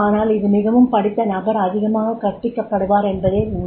ஆனால் இது மிகவும் படித்த நபர் அதிகமாகக் கற்கபிக்கப்படுவார் என்பதே உண்மை